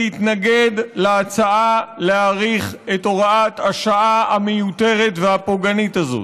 להתנגד להצעה להאריך את הוראת השעה המיותרת והפוגענית הזאת.